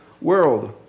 world